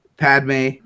Padme